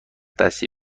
دستی